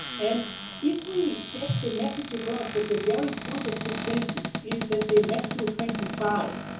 and if we get the message across that the very point of christianity is, let's say matthew twenty five,